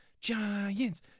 Giants